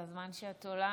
בזמן שאת עולה,